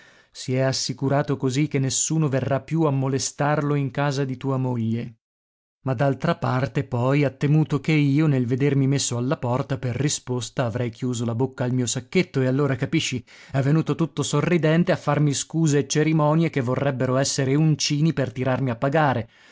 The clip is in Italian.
si è assicurato così che nessuno verrà più a molestarlo in casa di tua moglie ma d'altra parte poi ha temuto che io nel vedermi messo alla porta per risposta avrei chiuso la bocca al mio sacchetto e allora capisci è venuto tutto sorridente a farmi scuse e cerimonie che vorrebbero essere uncini per tirarmi a pagare